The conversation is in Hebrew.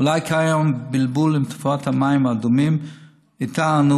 אולי קיים בלבול עם תופעת המים האדומים שאיתה אנו